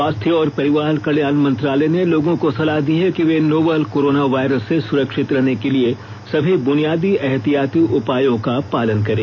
स्वास्थ्य और परिवार कल्याण मंत्रालय ने लोगों को सलाह दी है कि वे नोवल कोरोना वायरस से सुरक्षित रहने के लिए सभी बुनियादी एहतियाती उपायों का पालन करें